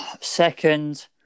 Second